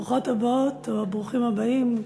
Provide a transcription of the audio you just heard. ברוכות הבאות או ברוכים הבאים,